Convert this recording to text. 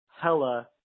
hella